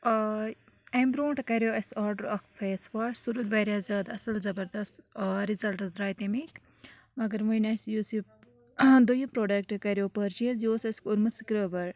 آں ایم برونٹھ کَریو اَسہ آرڈر اکھ فیس واش سُہ رود واریاہ زیادٕ اصل زبردست رِزلٹس دراے تَمِکۍ مگر وۄنۍ اَسہِ یوس یہِ دوٚیم پروڑَکٹ کریو پٔرچیز یہِ اوس اَسہِ کورمُتۍ سٕکَربر